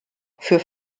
für